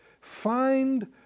find